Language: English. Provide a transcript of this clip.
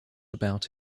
about